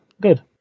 good